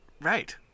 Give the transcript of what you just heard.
Right